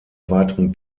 weiteren